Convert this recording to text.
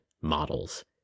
models